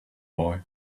boy